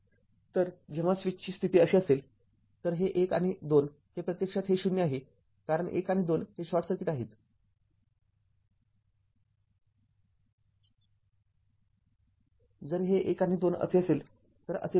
तर जेव्हा स्विचची स्थिती अशी असेल तर हे १ आणि २ हे प्रत्यक्षात हे ० आहे कारण १ आणि २ हे शॉर्ट सर्किट आहे जर हे १ आणि २ असेल तर असे बनवा